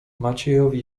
maciejowi